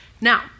now